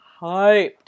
hyped